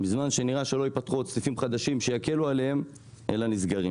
בזמן שנראה שלא ייפתחו עוד סניפים חדשים שיקלו עליהם אלא נסגרים